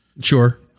Sure